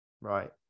Right